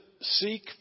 seek